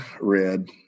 Red